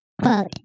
quote